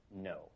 No